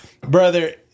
brother